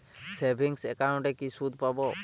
Savings একাউন্টে কি সুদ পাব?